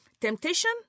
temptation